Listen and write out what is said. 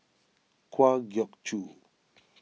Kwa Geok Choo